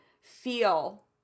feel